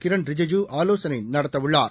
கிரண் ரிஜிஜு ஆலோசனை நடத்தவுள்ளார்